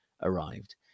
arrived